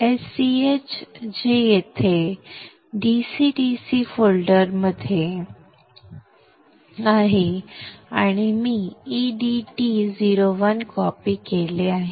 sch जे येथे DC DC फोल्डरमध्ये आहे आणि मी edt01 कॉपी केले आहे